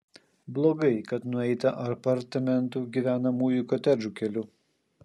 blogai kad nueita apartamentų gyvenamųjų kotedžų keliu